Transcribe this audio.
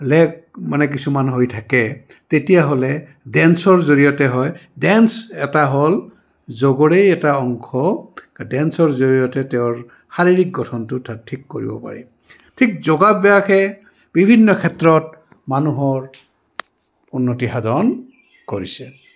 leg মানে কিছুমান হৈ থাকে তেতিয়াহ'লে ডেন্সৰ জৰিয়তে হয় ডেন্স এটা হ'ল যোগৰেই এটা অংশ ডেন্সৰ জৰিয়তে তেওঁৰ শাৰীৰিক গঠনটো ঠিক কৰিব পাৰি ঠিক যোগাব্যাসে বিভিন্ন ক্ষেত্ৰত মানুহৰ উন্নতি সাধন কৰিছে